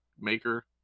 Maker